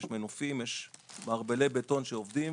יש מנופים ויש מערבלי בטון שעובדים